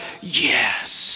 yes